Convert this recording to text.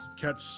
catch